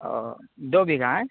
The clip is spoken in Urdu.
او دو بیگھہ ہاں